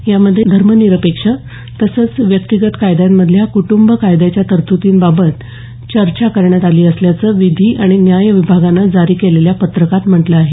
यामध्ये धर्मनिरपेक्ष तसेच व्यक्तीगत कायद्यांमधल्या कुटुंब कायद्याच्या तरतूदींबाबतही यावेळी चर्चा करण्यात आली असल्याचं विधी आणि न्याय विभागानं जारी केलेल्या पत्रकात म्हटलं आहे